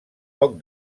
poc